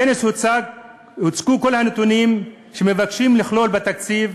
בכנס הוצגו כל הנתונים שמבקשים לכלול בתקציב,